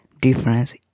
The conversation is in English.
difference